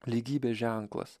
lygybės ženklas